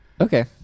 okay